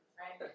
right